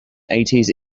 eighties